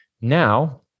Now